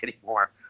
anymore